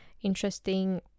interesting